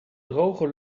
droge